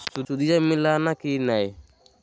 सुदिया मिलाना की नय?